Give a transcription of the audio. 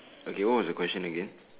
okay what is your question again